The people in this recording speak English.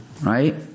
right